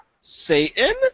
Satan